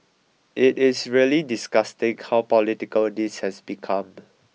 it is really disgusting how political this has become